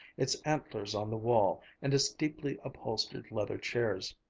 its antlers on the wall, and its deeply upholstered leather chairs.